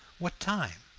what time?